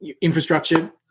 infrastructure